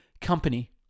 Company